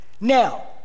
now